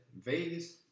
Vegas